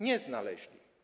Nie znaleźli.